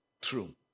true